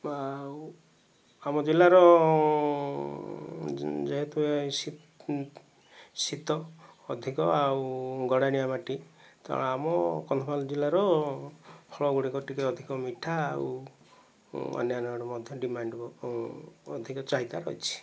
ଆଉ ଆମ ଜିଲ୍ଲାର ଯେହେତୁ ଶୀତ ଅଧିକ ଆଉ ଗଡ଼ାଣିଆ ମାଟି ତେଣୁ ଆମ କନ୍ଧମାଳ ଜିଲ୍ଲାର ଫଳ ଗୁଡ଼ିକ ଟିକେ ଅଧିକ ମିଠା ଆଉ ଅନ୍ୟାନ୍ୟ ଆଡ଼େ ମଧ୍ୟ ଡିମାଣ୍ଡ ଅଧିକ ଚାହିଦା ରହିଛି